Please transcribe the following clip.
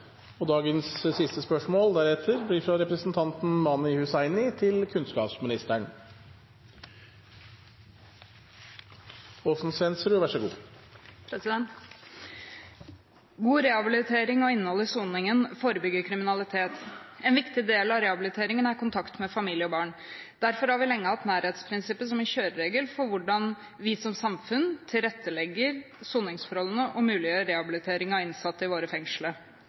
og innhold i soningen forebygger kriminalitet. En viktig del av rehabiliteringen er kontakt med familie og barn. Derfor har vi lenge hatt nærhetsprinsippet som en kjøreregel for hvordan vi som samfunn tilrettelegger soningsforholdene og muliggjør rehabilitering av innsatte i våre fengsler.